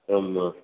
ஆமாம்